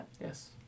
Yes